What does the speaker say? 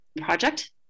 project